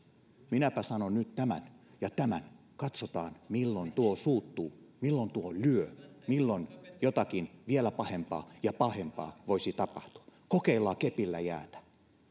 minäpä sanon nyt tämän ja tämän ja katsotaan milloin tuo suuttuu milloin tuo lyö milloin jotakin vielä pahempaa ja pahempaa voisi tapahtua että kokeillaan kepillä jäätä